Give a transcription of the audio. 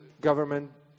government